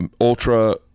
ultra